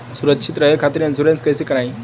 सुरक्षित रहे खातीर इन्शुरन्स कईसे करायी?